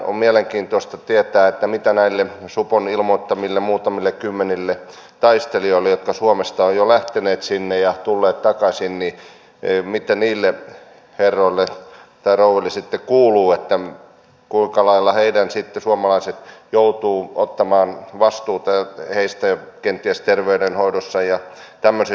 on mielenkiintoista tietää mitä kuuluu näille supon ilmoittamille muutamille kymmenille taistelijoille jotka suomesta ovat jo lähteneet sinne ja tulleet takaisin mitä niille herroille tai rouville sitten kuuluu ja kuinka suomalaiset sitten joutuvat ottamaan vastuuta heistä kenties terveydenhoidossa ja tämmöisissä asioissa